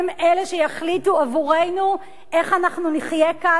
הם אלה שיחליטו עבורנו איך אנחנו נחיה כאן.